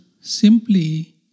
simply